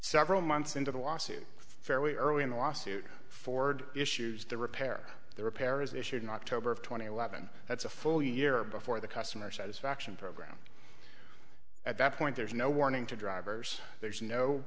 several months into the lawsuit fairly early in the lawsuit ford issues the repair the repair is issued in october of two thousand and eleven that's a full year before the customer satisfaction program at that point there's no warning to drivers there's no